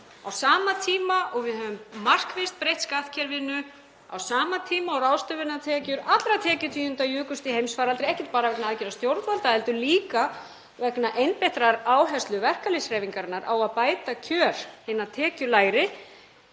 á sama tíma og við höfum markvisst breytt skattkerfinu, á sama tíma og ráðstöfunartekjur allra tekjutíunda jukust í heimsfaraldri, ekki bara vegna aðgerða stjórnvalda heldur líka vegna einbeittrar áherslu verkalýðshreyfingarinnar á að bæta kjör hinna tekjulægri,